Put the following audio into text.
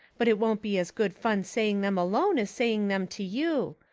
but it won't be as good fun saying them alone as saying them to you.